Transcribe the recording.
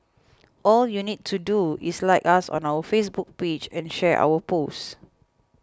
all you need to do is like us on our Facebook page and share our post